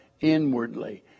inwardly